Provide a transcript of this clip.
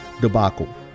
debacle